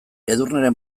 edurneren